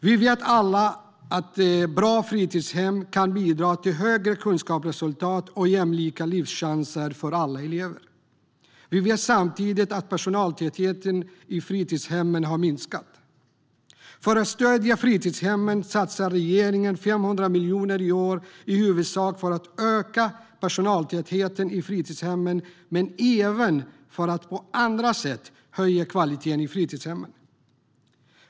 Vi vet alla att bra fritidshem kan bidra till högre kunskapsresultat och jämlika livschanser för alla elever. Vi vet samtidigt att personaltätheten i fritidshemmen har minskat. För att stödja fritidshemmen satsar regeringen 500 miljoner kronor i år, i huvudsak för att öka personaltätheten i fritidshemmen men även för att på andra sätt öka kvaliteten i fritidshemmen.